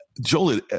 Joel